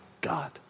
God